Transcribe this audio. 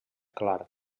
clar